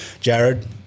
Jared